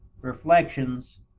reflections,